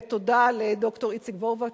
תודה לד"ר איציק וורגפט,